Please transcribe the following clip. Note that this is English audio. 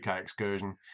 excursion